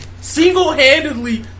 single-handedly